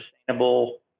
sustainable